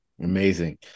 amazing